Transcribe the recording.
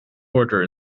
order